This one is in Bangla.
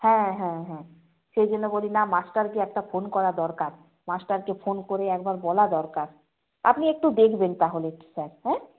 হ্যাঁ হ্যাঁ হ্যাঁ সেই জন্য বলি না মাস্টারকে একটা ফোন করা দরকার মাস্টারকে ফোন করে একবার বলা দরকার আপনি একটু দেখবেন তাহলে স্যার হ্যাঁ